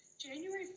January